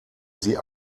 sie